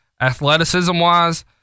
athleticism-wise